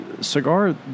cigar